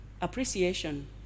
appreciation